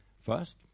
First